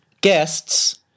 Guests